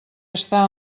està